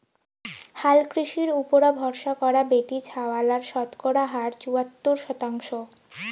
হালকৃষির উপুরা ভরসা করা বেটিছাওয়ালার শতকরা হার চুয়াত্তর শতাংশ